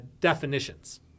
definitions